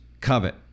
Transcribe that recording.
covet